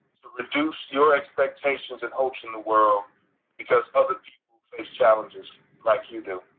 reduce your expectations and hopes in the world because other people face challenges like you do.